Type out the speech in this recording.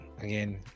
again